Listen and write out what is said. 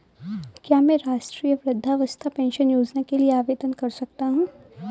क्या मैं राष्ट्रीय वृद्धावस्था पेंशन योजना के लिए आवेदन कर सकता हूँ?